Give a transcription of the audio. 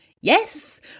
Yes